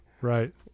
Right